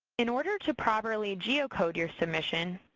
in order to properly geocode your submission,